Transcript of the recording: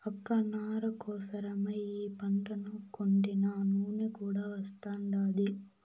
అక్క నార కోసరమై ఈ పంటను కొంటినా నూనె కూడా వస్తాండాది